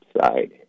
side